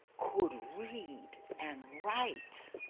could read and write.